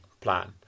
plan